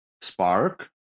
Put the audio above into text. spark